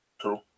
True